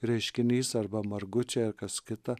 reiškinys arba margučiai ar kas kita